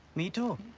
me too.